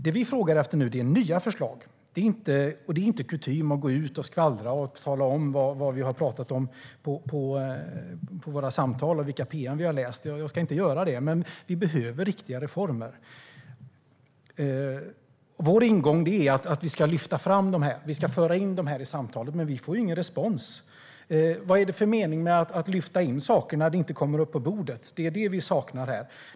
Det vi frågar efter nu är nya förslag. Det är inte kutym att gå ut och skvallra och tala om vad vi har talat om i våra samtal eller vilka pm vi har läst. Jag ska inte göra det, men vi behöver riktiga reformer. Vår ingång är att vi ska lyfta fram och föra in dem i samtalet, men vi får ju ingen respons. Vad är det för mening med att lyfta in saker när de inte kommer upp på bordet? Det är det vi saknar här.